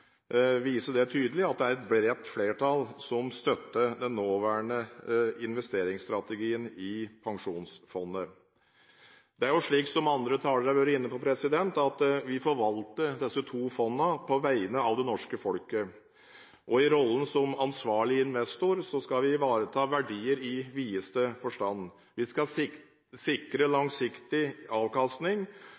viser de tydelig at det er et bredt flertall som støtter den nåværende investeringsstrategien i Pensjonsfondet. Det er, som andre talere har vært inne på, slik at vi forvalter disse to fondene på vegne av det norske folk, og i rollen som ansvarlig investor skal vi ivareta verdier i videste forstand. Vi skal sikre langsiktig avkastning,